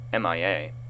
MIA